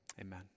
amen